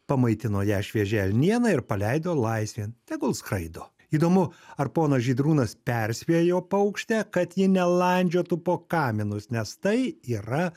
pamaitino ją šviežia elniena ir paleido laisvėn tegul skraido įdomu ar ponas žydrūnas perspėjo paukštę kad ji nelandžiotų po kaminus nes tai yra